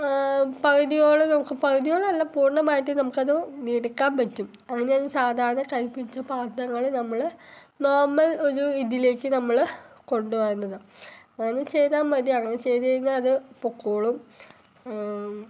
പകുതിയോളം നമുക്ക് പകുതിയോളമല്ല പൂർണമായിട്ടും നമുക്കത് എട്ക്കാമ്പറ്റും അങ്ങനെയാണ് സാധാണ കരി പിടിച്ച പാത്രങ്ങൾ നമ്മൾ നോമ്മൽ ഒരിതിലേക്ക് നമ്മൾ കൊണ്ടുവന്നത് അങ്ങനെ ചെയ്താൽ മതി അങ്ങനെ ചെയ്ത് കഴിഞ്ഞാൽ അത് പൊക്കോളും